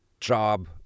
job